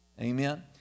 Amen